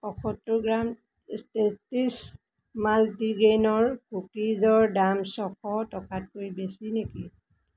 পঁয়সত্তৰ gram tasties মাল্টিগ্ৰেইনৰ কুকিজৰ দাম ছশ টকাতকৈ বেছি নেকি